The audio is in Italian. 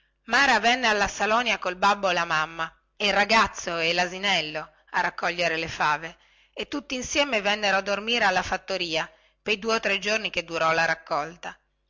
mara venne alla salonia col babbo e la mamma e il ragazzo e lasinello a raccogliere le fave e tutti insieme venivano a dormire alla fattoria pei quei due o tre giorni che durò la raccolta